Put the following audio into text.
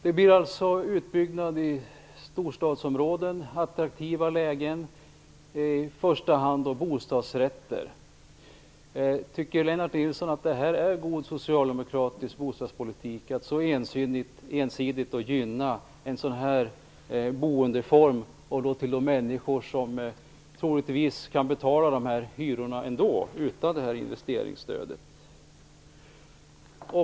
Det blir alltså en utbyggnad i storstadsområden, i attraktiva lägen, av i första hand bostadsrätter. Tycker Lennart Nilsson att det här är god socialdemokratisk bostadspolitik, att så ensidigt gynna en sådan här boendeform, för människor som troligtvis kan betala hyrorna ändå, utan investeringsstödet?